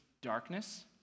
darkness